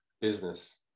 business